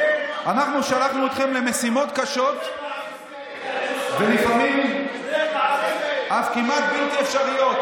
אנחנו שלחנו אתכם למשימות קשות ולפעמים אף כמעט בלתי אפשריות.